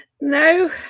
No